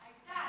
הייתה.